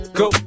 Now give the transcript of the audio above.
go